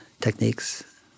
techniques